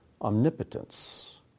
omnipotence